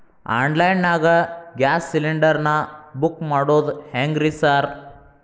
Online ನಾಗ gas cylinder ನಾ book ಮಾಡೋದ್ ಹೆಂಗ್ರಿ ಸಾರ್?